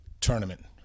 tournament